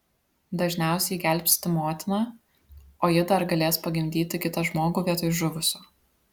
dažniausiai gelbsti motiną o ji dar galės pagimdyti kitą žmogų vietoj žuvusio